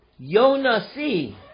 Yonasi